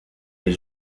les